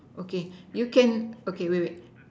okay you can okay wait wait